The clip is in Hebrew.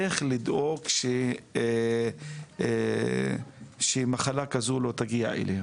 איך לדאוג שמחלה כזו לא תגיע אליהם,